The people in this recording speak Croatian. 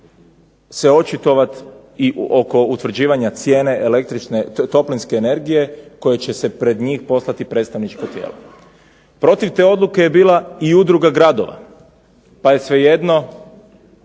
se očitovat i oko utvrđivanja cijene toplinske energije koju će pred njih poslati predstavničko tijelo. Protiv te odluke je bila i udruga gradova pa je svejedno